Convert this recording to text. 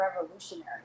revolutionary